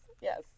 yes